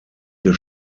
des